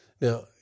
Now